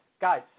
Guys